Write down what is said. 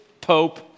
Pope